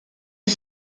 est